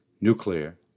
nuclear